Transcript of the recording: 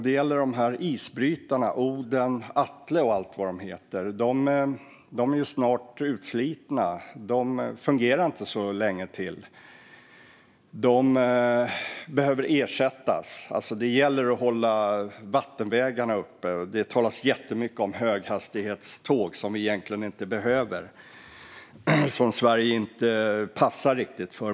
Det gäller isbrytarna Oden, Atle och allt vad de heter. De är snart utslitna och fungerar inte så länge till. De behöver ersättas. Det gäller alltså att hålla vattenbägarna uppe. Det talas jättemycket om höghastighetståg, som vi egentligen inte behöver och som inte riktigt passar för Sverige.